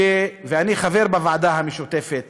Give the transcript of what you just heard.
ואני חבר בוועדה המשותפת